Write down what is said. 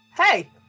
Hey